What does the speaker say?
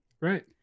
Right